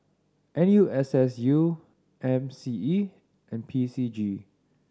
N U S S U M C E and P C G